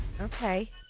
Okay